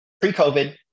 Pre-COVID